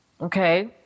Okay